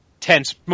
tense